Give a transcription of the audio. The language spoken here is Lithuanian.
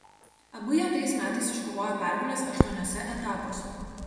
abu jie tais metais iškovojo pergales aštuoniuose etapuose